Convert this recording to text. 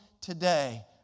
today